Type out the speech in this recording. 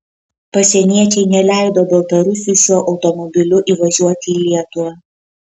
pasieniečiai neleido baltarusiui šiuo automobiliu įvažiuoti į lietuvą